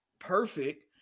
perfect